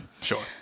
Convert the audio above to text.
sure